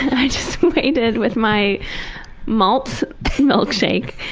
i just waited with my malt milkshake.